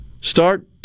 start